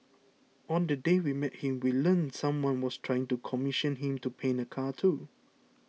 on the day we met him we learnt someone was trying to commission him to paint a car too